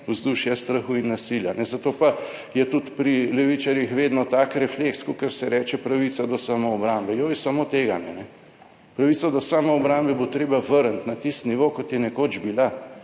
vzdušja strahu in nasilja, zato pa je tudi pri levičarjih vedno tak refleks, kakor se reče, pravica do samoobrambe. Joj, samo tega ne. Pravico do samoobrambe bo treba vrniti na tisti nivo, kot je nekoč bila.